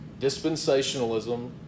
dispensationalism